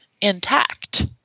intact